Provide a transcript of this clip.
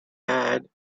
had